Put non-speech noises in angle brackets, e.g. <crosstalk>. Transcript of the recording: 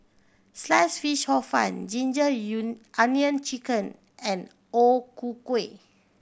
Sliced Fish Hor Fun ginger <unintelligible> onion chicken and O Ku Kueh